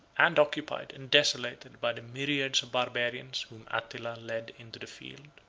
and occupied, and desolated, by the myriads of barbarians whom attila led into the field.